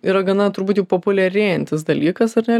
yra gana turbūt jau populiarėjantis dalykas ar ne